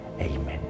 Amen